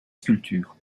sculptures